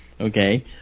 okay